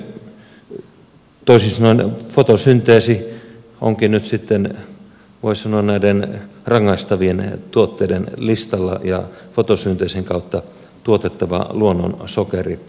toisin sanoen fotosynteesi onkin nyt sitten voisi sanoa näiden rangaistavien tuotteiden listalla ja fotosynteesin kautta tuotettava luonnonsokeri